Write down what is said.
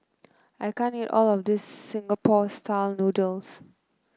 I can't eat all of this Singapore style noodles